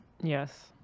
Yes